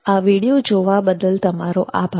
આ વીડિયો જોવા બદલ તમારો આભાર